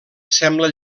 sembla